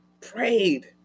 prayed